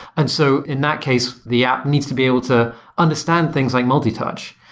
and so in that case, the app needs to be able to understand things like multi touch.